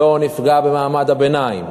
לא נפגע במעמד הביניים.